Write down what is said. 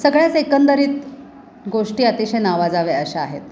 सगळ्याच एकंदरीत गोष्टी अतिशय नावाजाव्या अशा आहेत